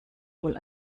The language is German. wohl